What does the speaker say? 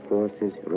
Forces